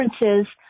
differences